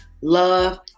love